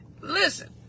listen